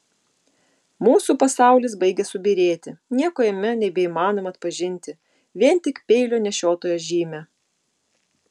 mūsų pasaulis baigia subyrėti nieko jame nebeįmanoma atpažinti vien tik peilio nešiotojo žymę